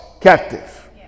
captive